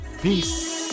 peace